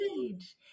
age